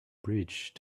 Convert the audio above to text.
bridge